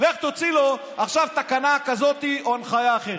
לך תוציא לו עכשיו תקנה כזאת או הנחיה אחרת.